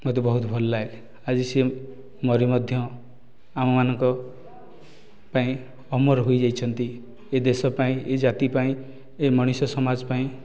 ମୋତେ ବହୁତ ଭଲ ଲାଗେ ଆଜି ସେ ମରି ମଧ୍ୟ ଆମ ମାନଙ୍କ ପାଇଁ ଅମର ହୋଇଯାଇଛନ୍ତି ଏ ଦେଶ ପାଇଁ ଏ ଜାତି ପାଇଁ ଏ ମଣିଷ ସମାଜ ପାଇଁ